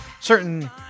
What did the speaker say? certain